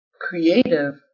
creative